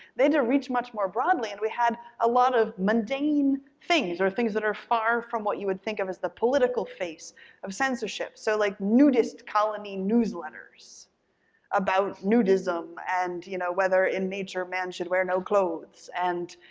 and reach much more broadly and we had a lot of mundane things or things that are far from what you would think of as the political face of censorship. so like nudist colony newsletters about nudism and you know whether in nature man should wear no clothes, and,